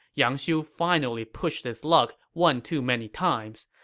yang xiu finally pushed his luck one too many times,